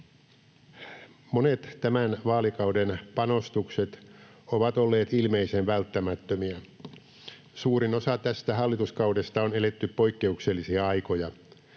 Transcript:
Monet tämän vaalikauden panostukset ovat olleet ilmeisen välttämättömiä. Suurin osa tästä hallituskaudesta on eletty poikkeuksellisia aikoja.